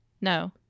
No